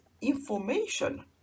information